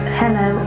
hello